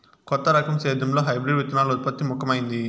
కొత్త రకం సేద్యంలో హైబ్రిడ్ విత్తనాల ఉత్పత్తి ముఖమైంది